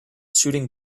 shooting